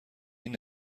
این